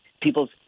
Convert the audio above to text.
people's